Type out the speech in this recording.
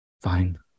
Fine